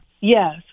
yes